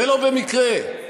ולא במקרה.